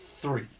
three